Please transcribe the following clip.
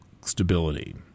stability